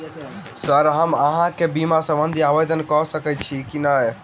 Sir हम अहाँ केँ बीमा संबधी आवेदन कैर सकै छी नै?